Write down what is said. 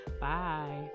bye